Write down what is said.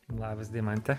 labas deimante